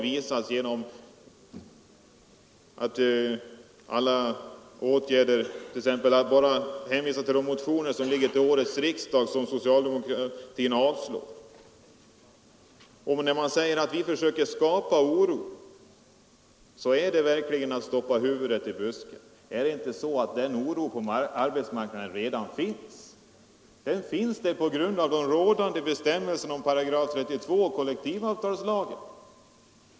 Vi behöver t.ex. bara hänvisa till de motioner vid årets riksdag som socialdemokratin har avslagit. När man säger att vi försöker skapa oro är det verkligen att stoppa huvudet i busken. Är det inte så att den oron redan finns på arbetsmarknaden. Den finns där på grund av de gällande bestämmelserna i § 32 och i kollektivavtalslagen.